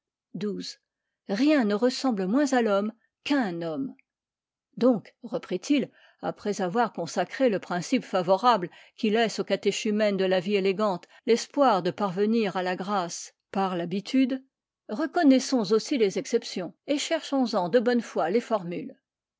rien ne ressemble moins à l'homme qu'w homme donc reprit-il après avoir consacré le principe favorable qui laisse aux catéchumènes de la vie élégante l'espoir de pars'enir à la grâce par l'habitude reconnaissons aussi les exceptions et cherchons en de bonne foi les formules